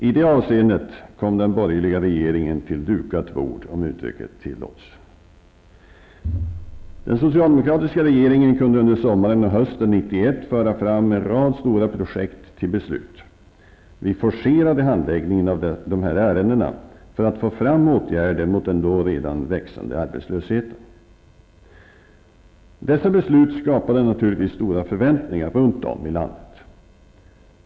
I det avseendet kom den borgerliga regeringen till dukat bord, om uttrycket tillåts. Den socialdemokratiska regeringen kunde under sommaren och hösten 1991 föra fram en rad stora projekt till beslut. Vi forcerade handläggningen av de här ärendena för att få fram åtgärder mot den då redan växande arbetslösheten. Dessa beslut skapade naturligtvis stora förväntningar runt om i landet.